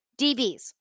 DBs